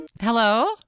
Hello